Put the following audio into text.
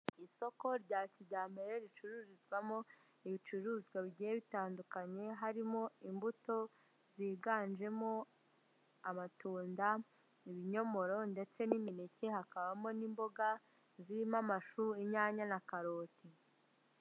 Isoko rya kijyambere ricururizwamo ibicuruzwa bigiye bitandukanye harimo imbuto ziganjemo amatunda, ibinyomoro ndetse n'imineke hakabamo n'imboga zirimo amashu inyanya na karoti.